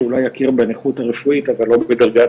שאולי יכיר בנכות הרפואית אבל לא בדרגת